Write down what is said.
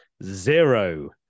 Zero